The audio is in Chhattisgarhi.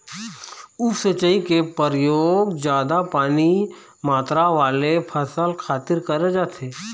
उप सिंचई के परयोग जादा पानी मातरा वाले फसल खातिर करे जाथे